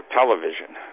television